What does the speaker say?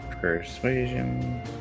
Persuasion